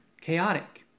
chaotic